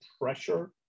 pressure